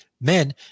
Men